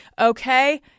Okay